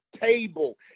table